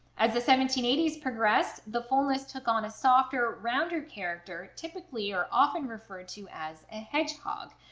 as the seventeen eighty s progressed the fullness took on a softer rounder character, typically or often referred to as a hedgehog,